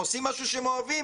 הם עושים משהו שהם אוהבים,